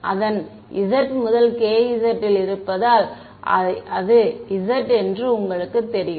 அதன் z முதல் kz இல் இருப்பதால் அது z என்று உங்களுக்குத் தெரியும்